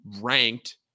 ranked